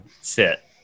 sit